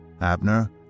Abner